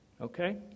Okay